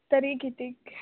तरी किती